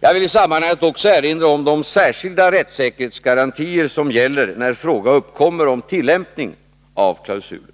Jag vill i sammanhanget också erinra om de särskilda rättssäkerhetsga rantier som gäller när fråga uppkommer om tillämpning av klausulen.